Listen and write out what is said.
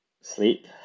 Sleep